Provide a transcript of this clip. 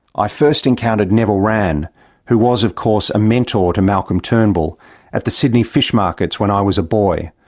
i first encountered neville wran who was, of course, a mentor to malcolm turnbull at the sydney fish markets when i was a boy.